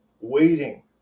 waiting